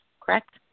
correct